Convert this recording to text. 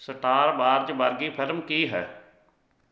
star wars ਵਰਗੀ film ਕੀ ਹੈ